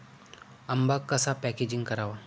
आंबा कसा पॅकेजिंग करावा?